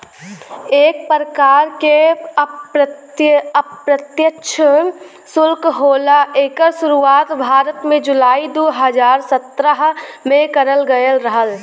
एक परकार के अप्रत्यछ सुल्क होला एकर सुरुवात भारत में जुलाई दू हज़ार सत्रह में करल गयल रहल